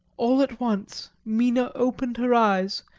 all at once mina opened her eyes,